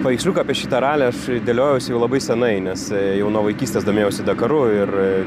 paveiksliuką apie šitą ralį aš dėliojausi jau labai senai nes jau nuo vaikystės domėjausi dakaru ir